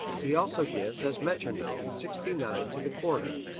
he also gives as metronome sixty nine to the quarter.